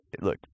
look